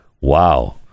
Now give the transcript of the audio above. Wow